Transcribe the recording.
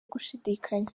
gushidikanya